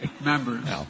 members